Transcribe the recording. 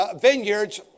vineyards